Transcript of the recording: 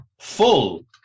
full